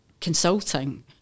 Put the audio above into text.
consulting